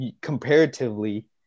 comparatively